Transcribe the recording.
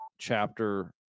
chapter